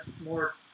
more